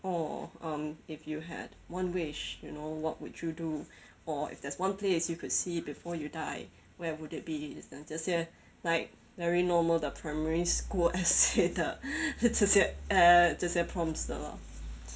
oh um if you had one wish you know what would you do or if there's one place you could see before you die where would it be 这些 like very normal 的 primary school essay 的这些 eh 这些 prompts 的 lor